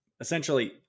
essentially